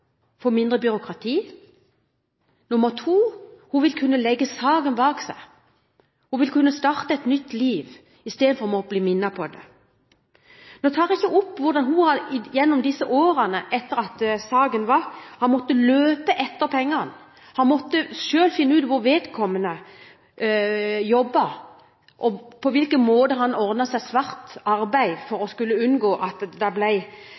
få mindre byråkrati og – punkt 2 – hun vil kunne legge saken bak seg. Hun vil kunne starte et nytt liv istedenfor å bli minnet på dette. Nå tar jeg ikke opp hvordan hun gjennom disse årene etter at saken var oppe, har måttet løpe etter pengene, selv har måttet finne ut hvor vedkommende jobber, og på hvilken måte han har ordnet seg svart arbeid for å unngå at det